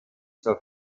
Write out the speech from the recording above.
zur